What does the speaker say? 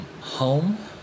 home